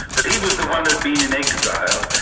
but he was the one who'd been in exile,